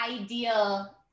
ideal